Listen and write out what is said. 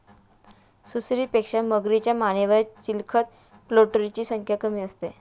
सुसरीपेक्षा मगरीच्या मानेवर चिलखत प्लेटोची संख्या कमी असते